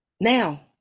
Now